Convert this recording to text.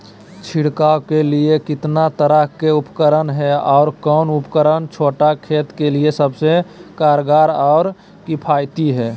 छिड़काव के लिए कितना तरह के उपकरण है और कौन उपकरण छोटा खेत के लिए सबसे कारगर और किफायती है?